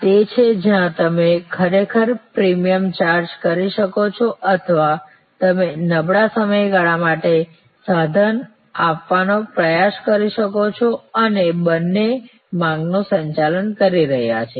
આ તે છે જ્યાં તમે ખરેખર પ્રીમિયમ ચાર્જ કરી શકો છો અથવા તમે નબળા સમયગાળા માટે સાધન આપવાનો પ્રયાસ કરી શકો છો અને બંને માંગનું સંચાલન કરી રહ્યાં છે